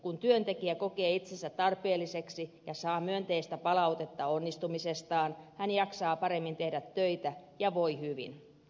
kun työntekijä kokee itsensä tarpeelliseksi ja saa myönteistä palautetta onnistumisestaan hän jaksaa paremmin tehdä töitä ja voi hyvin